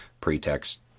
pretext